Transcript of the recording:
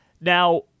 Now